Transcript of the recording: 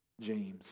James